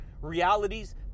realities